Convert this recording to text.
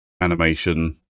animation